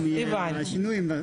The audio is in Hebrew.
אם יהיה השינוי.